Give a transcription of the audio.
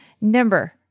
number